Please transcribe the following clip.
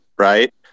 Right